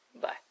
bye